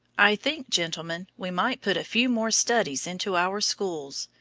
i think, gentlemen, we might put a few more studies into our schools.